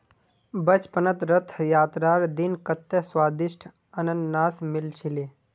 बचपनत रथ यात्रार दिन कत्ते स्वदिष्ट अनन्नास मिल छिले